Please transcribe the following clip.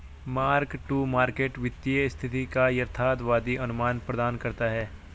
mark to market वित्तीय स्थिति का यथार्थवादी अनुमान प्रदान करता है